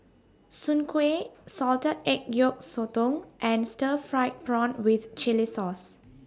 Soon Kway Salted Egg Yolk Sotong and Stir Fried Prawn with Chili Sauce